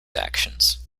actions